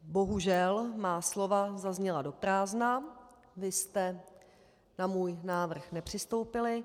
Bohužel má slova zazněla do prázdna, vy jste na můj návrh nepřistoupili.